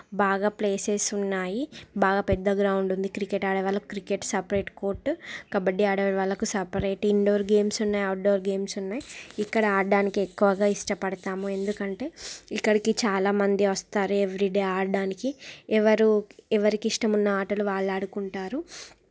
బాగా ప్లేసెస్ ఉన్నాయి బాగా పెద్ద గ్రౌండ్ ఉంది క్రికెట్ ఆడే వాళ్ళకి క్రికెట్ సపరేట్ కోర్ట్ కబడ్డీ ఆడేవాళ్ళకి సపరేట్ ఇన్డోర్ గేమ్స్ ఉన్నాయి అవుట్డోర్ గేమ్స్ ఉన్నాయి ఇక్కడ ఆడడానికి ఎక్కువగా ఇష్టపడుతాము ఎందుకంటే ఇక్కడికి చాలామంది వస్తారు ఎవ్రిడే ఆడడానికి ఎవరు ఎవరికి ఇష్టమున్న ఆటలు వాళ్ళు ఆడుకుంటారు